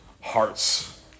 hearts